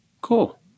Cool